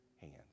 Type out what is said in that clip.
hands